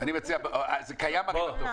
זה קיים הרי בטופס.